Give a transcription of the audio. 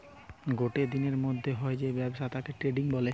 গটে দিনের মধ্যে হয় যে ব্যবসা তাকে দে ট্রেডিং বলে